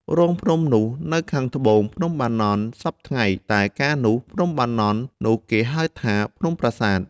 រូងភ្នំនោះនៅខាងត្បូង ភ្នំ បាណន់ សព្វថ្ងៃ តែកាលនោះ ភ្នំបាណន់ នោះគេហៅថា ភ្នំប្រាសាទ ។